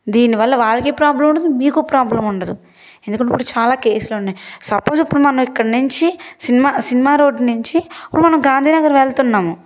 దీనివల్ల వాళ్లకి ప్రాబ్లెమ్ ఉండదు మీకు ప్రాబ్లెమ్ ఉండదు ఎందుకంటే ఇప్పుడు చాలా కేసులున్నాయి సపోజ్ ఇప్పుడు మనం ఇక్కడనుంచి సినిమా సినిమా రోడ్ నుంచి గాంధీ నగర్ వెళ్తున్నాము